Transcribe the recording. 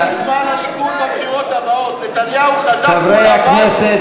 יש ססמה לליכוד לבחירות הבאות: נתניהו חזק מול עבאס,